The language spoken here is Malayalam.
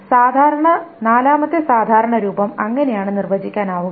അതിനാൽ നാലാമത്തെ സാധാരണ രൂപം അങ്ങനെയാണ് നിർവചിക്കാനാവുക